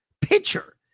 Pitcher